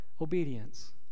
obedience